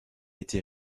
été